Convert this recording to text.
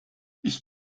ich